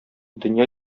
дөнья